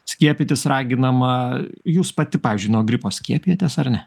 skiepytis raginama jūs pati pavyzdžiui nuo gripo skiepijatės ar ne